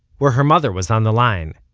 where her mother was on the line.